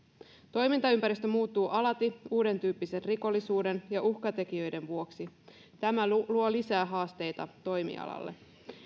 toimintaympäristö muuttuu alati uudentyyppisen rikollisuuden ja uhkatekijöiden vuoksi tämä luo luo lisää haasteita toimialalle